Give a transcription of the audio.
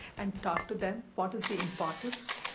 and talk to them, what is the importance,